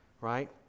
Right